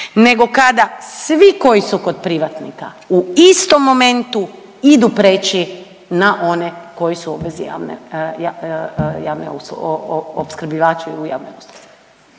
nego kada svi koji su kod privatnika u istom momentu idu preći na one koji su u obvezi javne .../nerazumljivo/...